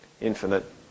infinite